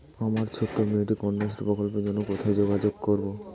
আমার ছোট্ট মেয়েটির কন্যাশ্রী প্রকল্পের জন্য কোথায় যোগাযোগ করব?